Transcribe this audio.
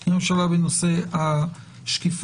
עם הממשלה בנושא השקיפות,